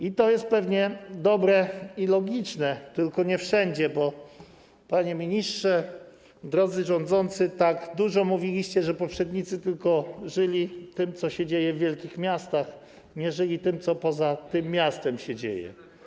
I to jest pewnie dobre i logiczne, tylko nie wszędzie, bo panie ministrze, drodzy rządzący, tak dużo mówiliście, że poprzednicy żyli tylko tym, co się dzieje w wielkich miastach, nie żyli tym, co poza tym miastem się dzieje.